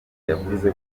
yavuze